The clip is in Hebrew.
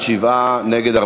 שבעה בעד, 48 נגד.